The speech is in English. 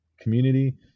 community